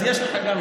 אז יש לך גם זמן.